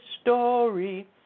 story